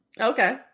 Okay